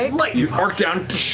and like you arc down,